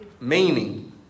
Meaning